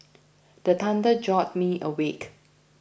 the thunder jolt me awake